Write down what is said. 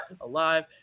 alive